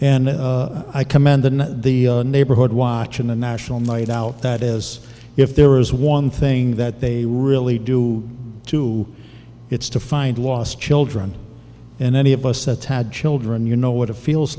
and i commend the the neighborhood watch and the national night out that is if there is one thing that they really do to it's to find lost children and any of us that's had children you know what it feels